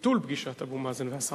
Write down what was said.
ביטול פגישת אבו מאזן והשר